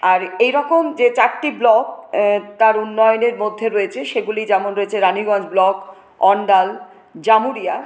আর এইরকম যে চারটি ব্লক তার উন্নয়নের মধ্যে রয়েছে সেগুলি যেমন রয়েছে রানিগঞ্জ ব্লক অন্ডাল জামুড়িয়া